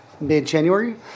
mid-January